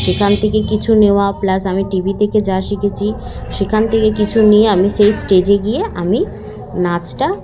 সেখান থেকে কিছু নেওয়া প্লাস আমি টিভি থেকে যা শিখেছি সেখান থেকে কিছু নিয়ে আমি সেই স্টেজে গিয়ে আমি নাচটা